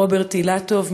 רוברט אילטוב,